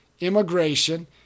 immigration